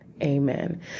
Amen